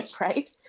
Right